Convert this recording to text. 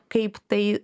kaip tai